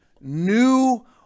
new